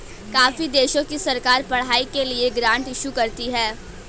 काफी देशों की सरकार पढ़ाई के लिए ग्रांट इशू करती है